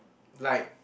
like